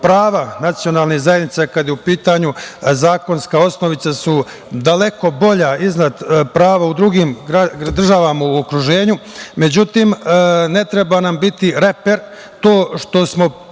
prava nacionalnih zajednica kada je u pitanju zakonska osnovica su daleko bolja iznad prava u drugih državama u okruženju, međutim, ne treba nam biti reper to što smo